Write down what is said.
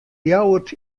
ljouwert